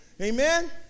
Amen